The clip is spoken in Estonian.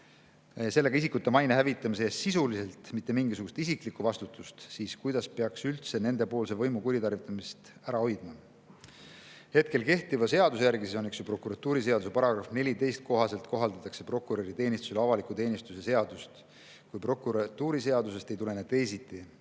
sellega isikute maine hävitamise eest sisuliselt mitte mingisugust isiklikku vastutust, siis kuidas peaks üldse nende poolse võimu kuritarvitamise ära hoidma?" Hetkel kehtiva seaduse järgi, see on prokuratuuriseaduse § 14 kohaselt kohaldatakse prokuröriteenistusele avaliku teenistuse seadust, kui prokuratuuriseadusest ei tulene teisiti.